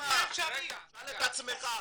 תשאל את עצמך.